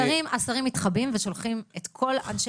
כי השרים מתחבאים ושולחים את כל אנשי